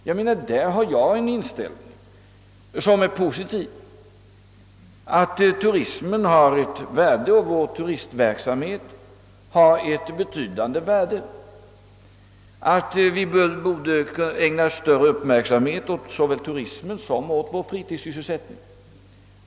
Därvidlag har jag en positiv inställning, nämligen att turismen och vår turistverksamhet har ett betydande värde och att vi borde ägna större uppmärksamhet åt såväl turismen som fritidssysselsättningen.